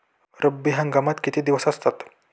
रब्बी हंगामात किती दिवस असतात?